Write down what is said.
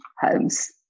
homes